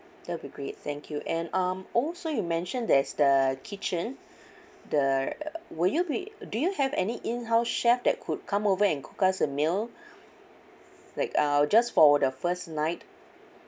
that'll be great thank you and um also you mentioned there's the kitchen the will you be do you have any in house chef that could come over and cook us a meal like uh just for the first night